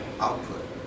output